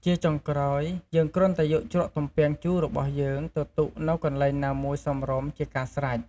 ជាចុងក្រោយ យើងគ្រាន់តែយកជ្រក់ទំពាំងជូររបស់យើងទៅទុកនៅកន្លែងណាមួយសមរម្យជាការស្រេច។